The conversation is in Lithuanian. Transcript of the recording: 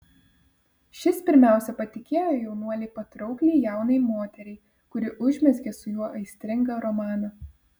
šis pirmiausia patikėjo jaunuolį patraukliai jaunai moteriai kuri užmezgė su juo aistringą romaną